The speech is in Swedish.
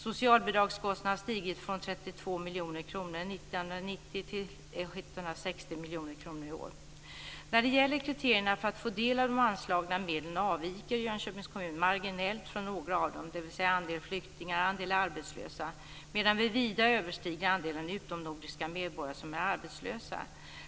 Socialbidragskostnaderna har stigit från När det gäller kriterierna för att få del av de anslagna medlen avviker Jönköpings kommun marginellt från några av dem, dvs. andel flyktingar, andel arbetslösa, medan vi vida överstiger andelen utomnordiska medborgare som är arbetslösa.